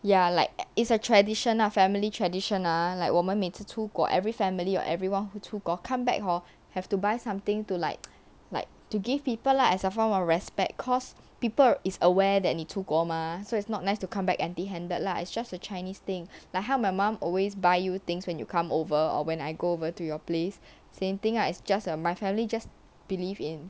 ya like it's a tradition ah family tradition ah like 我们每次出国 every family or everyone who 出国 come back hor have to buy something to like like to give people lah as a form of respect cause people is aware that 你出国 mah so it's not nice to come back empty handed lah it's just a chinese thing like how my mum always buy you things when you come over or when I go over to your place same thing lah it's just uh my family just believe in